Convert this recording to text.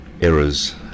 errors